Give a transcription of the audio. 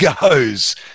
goes